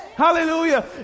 Hallelujah